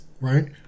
right